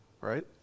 right